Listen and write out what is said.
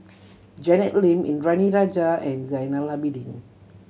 Janet Lim Indranee Rajah and Zainal Abidin